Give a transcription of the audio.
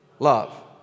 love